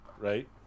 right